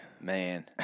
Man